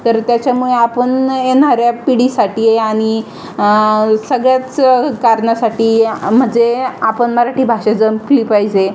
तर त्याच्यामुळे आपण येणाऱ्या पिढीसाठी आणि सगळ्याच कारणासाठी म्हणजे आपण मराठी भाषा जपली पाहिजे